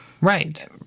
Right